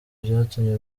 byatumye